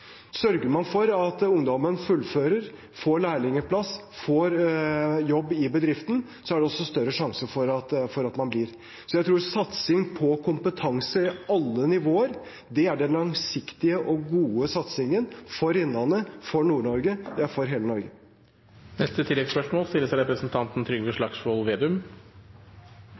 Sørger man for at ungdommen fullfører, får lærlingeplass, får jobb i bedriften, er det også større sjanse for at man blir. Jeg tror satsing på kompetanse i alle nivåer er den langsiktige og gode satsingen for Innlandet, for Nord-Norge, ja, for hele Norge.